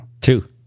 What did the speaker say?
Two